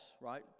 right